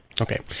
Okay